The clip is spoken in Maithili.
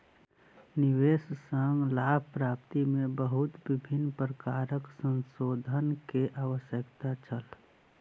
निवेश सॅ लाभ प्राप्ति में बहुत विभिन्न प्रकारक संशोधन के आवश्यकता छल